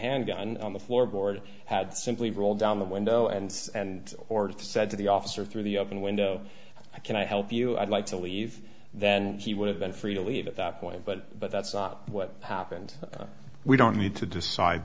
handgun on the floor board had simply rolled down the window and says and ordered to said to the officer through the open window i can i help you i'd like to leave then he would have been free to leave at that point but but that's not what happened we don't need to decide